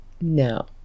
No